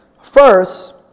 First